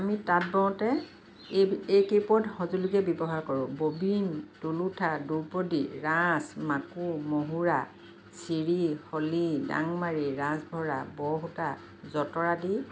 আমি তাঁত বওঁতে এই এই কেইপদ সঁজুলিকে ব্যৱহাৰ কৰোঁ ববিন টোলোঠা দুৰপতি ৰাচ মাকু মহুৰা চিৰি খলি ডাংমাৰি ৰাচভৰা বৰসূতা যঁতৰ আদি